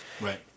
right